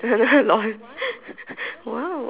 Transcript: lol !wow!